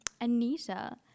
Anita